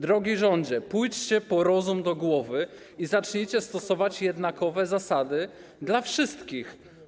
Drogi rządzie, pójdźcie po rozum do głowy i zacznijcie stosować jednakowe zasady dla wszystkich.